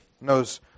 knows